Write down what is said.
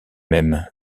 mêmes